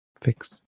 fix